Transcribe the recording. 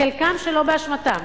חלקם שלא באשמתם,